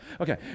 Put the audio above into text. Okay